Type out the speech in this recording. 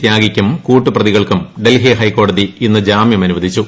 തൃാഗിക്കും കൂട്ടുപ്രതികൾക്കും ഡൽഹി ഹൈക്കോടതി ഇന്ന് ജാമ്യം അനുവദിച്ചു